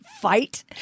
Fight